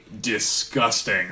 disgusting